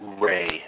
Ray